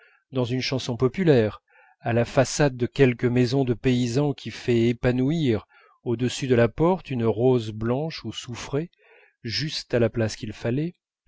dans une chanson populaire à la façade de quelque maison de paysan qui fait épanouir au-dessus de la porte une rose blanche ou soufrée juste à la place qu'il fallait